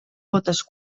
potes